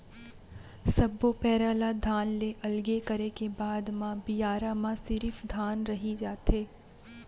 सब्बो पैरा ल धान ले अलगे करे के बाद म बियारा म सिरिफ धान रहि जाथे